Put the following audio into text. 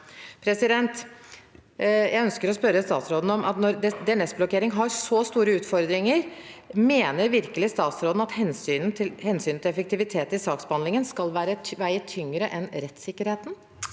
Jeg ønsker å spørre statsråden om: Når DNS-blokkering har så store utfordringer, mener virkelig statsråden at hensynet til effektivitet i saksbehandlingen skal veie tyngre enn rettssikkerheten?